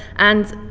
and,